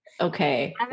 Okay